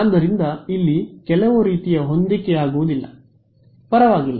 ಆದ್ದರಿಂದ ಇಲ್ಲಿ ಕೆಲವು ರೀತಿಯ ಹೊಂದಿಕೆಯಾಗುವುದಿಲ್ಲ ಪರವಾಗಿಲ್ಲ